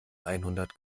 einhundert